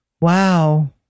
wow